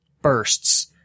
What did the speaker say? bursts